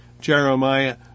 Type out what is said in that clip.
Jeremiah